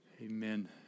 Amen